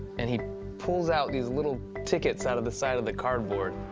and he pulls out these little tickets out of the side of the cardboard.